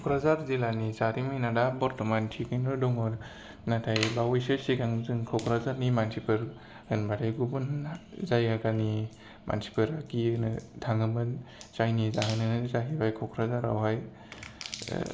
क'क्राझार जिल्लानि जारिमिना दा बरथमान थिगैनो दं नाथाय बावैसो सिगां जों क'क्राझारनि मानसिफोर होनबाथाय गुबुन जायगाफोरनि मानसिफोरा गिनो थाङोमोन जायनि जाहोनानो जाहैबाय क'क्राझाराव हाय